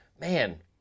man